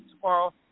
tomorrow